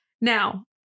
now